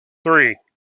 three